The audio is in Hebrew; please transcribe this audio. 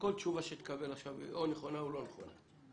כל תשובה שתקבל עכשיו, היא או נכונה או לא נכונה.